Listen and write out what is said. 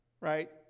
right